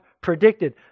predicted